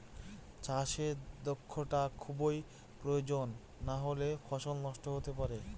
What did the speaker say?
চাষে দক্ষটা খুবই প্রয়োজন নাহলে ফসল নষ্ট হতে পারে